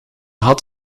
had